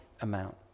amount